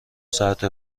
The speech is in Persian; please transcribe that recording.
ساعت